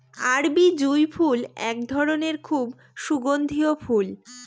আরবি জুঁই ফুল এক ধরনের খুব সুগন্ধিও ফুল